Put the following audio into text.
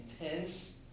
intense